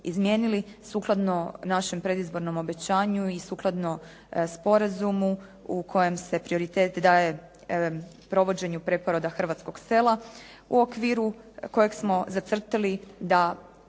izmijenili sukladno našem predizbornom obećanju i sukladno sporazumu u kojem se prioritet daje provođenju preporoda hrvatskog sela u okviru kojeg smo zacrtali da